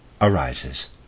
arises